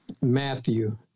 Matthew